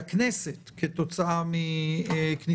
כל מה שקרה ואביתר עומדת, אנחנו נברך אותה.